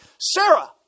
Sarah